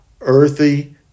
earthy